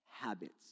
habits